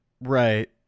Right